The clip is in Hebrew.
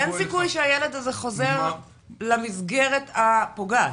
אין סיכוי שהילד הזה חוזר למסגרת הפוגעת?